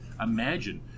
Imagine